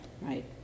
right